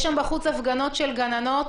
יש בחוץ הפגנה של גננות